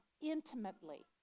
intimately